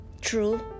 true